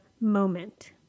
moment